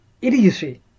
idiocy